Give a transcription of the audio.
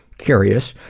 curious,